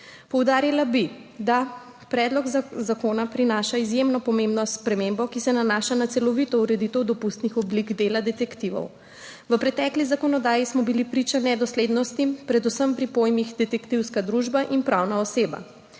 Poudarila bi, da predlog zakona prinaša izjemno pomembno spremembo, ki se nanaša na celovito ureditev dopustnih oblik dela detektivov. V pretekli zakonodaji smo bili priče nedoslednostim, predvsem pri pojmih detektivska družba in pravna oseba.